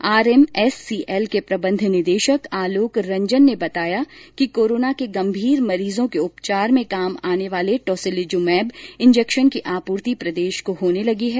RMSCL के प्रबंध निदेशक आलोक रंजन ने बताया कि कोरोना के गंभीर मरीजों के उपचार में काम आने वाले टोसिलीजूमेब इंजेक्शन की आपूर्ति प्रदेश को होने लगी है